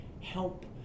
help